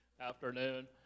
afternoon